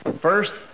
First